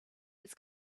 was